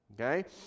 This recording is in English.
Okay